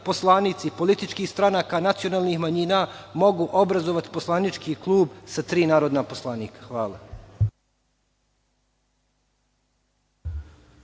poslanici političkih stranaka nacionalnih manjina mogu obrazovati poslanički klub sa tri narodna poslanika. Hvala.